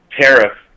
tariff